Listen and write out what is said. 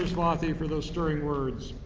saraswati, for those stirring words.